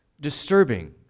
disturbing